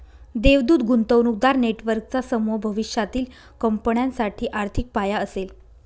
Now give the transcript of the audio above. देवदूत गुंतवणूकदार नेटवर्कचा समूह भविष्यातील कंपन्यांसाठी आर्थिक पाया असेल